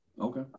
Okay